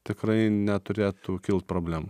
tikrai neturėtų kilt problemų